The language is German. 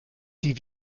die